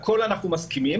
'הכול אנחנו מסכימים',